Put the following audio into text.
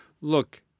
Look